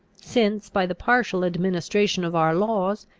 since, by the partial administration of our laws,